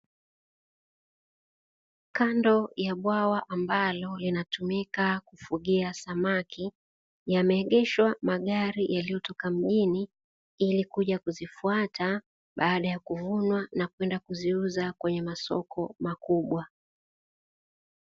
Kando ya bwawa ambalo linatumika kufugia samaki yameegeshwa magari yaliyotoka mjini, ili kuja kuzifuata baada ya kuvunwa na kwenda kuziuza kwenye masoko makubwa.